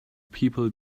people